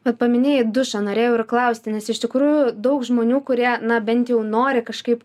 vat paminėjai dušą norėjau ir klausti nes iš tikrųjų daug žmonių kurie na bent jau nori kažkaip